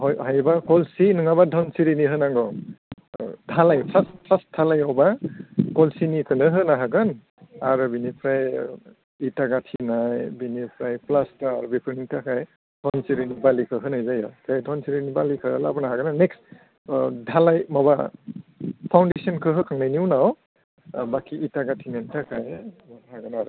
हायोब्ला खलसि नङाब्ला धोनस्रिनि होनांगौ धालाय फार्स्ट धालाय होब्ला खलसिनिखोनो होनो हागोन आरो बिनिफ्राय इथा गाथिनाय बिनिफ्राय प्लासटार बेफोरनि थाखाय धोनसिरिनि बालिखौ होनाय जायो बे धोनस्रिनि बालिखो लाबोनो हागोन आरो नेक्स्ट धालाय माबा टाउननि सिमखौ होखांनायनि उनाव बाखि इथा गाथिनायनि थाखाय हागोन आरो